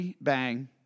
bang